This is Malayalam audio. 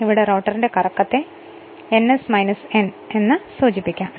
ഇവിട റോട്ടറിന്റെ കറക്കത്തെ ns n എന്നിങ്ങനെ സൂചിപ്പിക്കാം